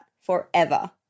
forever